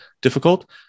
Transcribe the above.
difficult